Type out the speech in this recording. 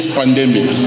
pandemic